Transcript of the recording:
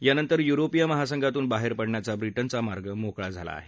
यानंतर युरोपीय महासंघातून बाहेर पडण्याचा ब्रिजचा मार्ग मोकळा झाला आहे